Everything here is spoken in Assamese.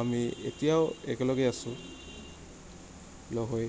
আমি এতিয়াও একেলগে আছোঁ লগ হৈ